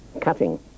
cutting